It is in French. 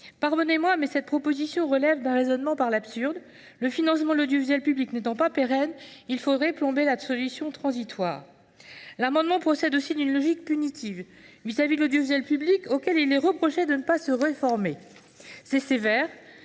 collègue, mais cette proposition relève d’un raisonnement par l’absurde : le financement de l’audiovisuel public n’étant pas pérenne, il faudrait plomber la solution transitoire. L’amendement procède aussi d’une logique punitive vis à vis de l’audiovisuel public, auquel il est reproché de ne pas se réformer. C’est sévère,